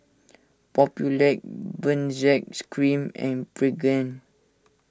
Papulex Benzac Cream and Pregain